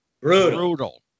Brutal